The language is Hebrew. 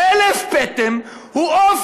חלף פטם הוא עוף